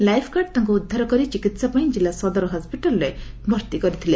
lifeguard ତାଙ୍କୁ ଉଦ୍ଧାର କରି ଚିକିହା ପାଇଁ କିଲ୍ଲ ସଦର ହାସତାପାଳରେ ଭର୍ତ୍ତି କରିଥିଲେ